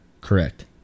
Correct